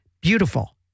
beautiful